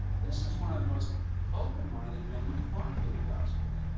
this is one of the most open-minded men you'd find in the gospels.